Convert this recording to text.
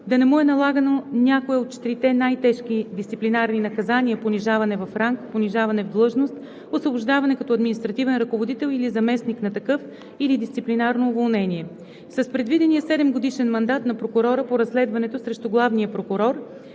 да не му е налагано някое от четирите най-тежки дисциплинарни наказания – понижаване в ранг, понижаване в длъжност, освобождаване като административен ръководител или заместник на такъв или дисциплинарно уволнение. С предвидения седемгодишен мандат на прокурора по разследването срещу главния прокурор